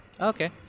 Okay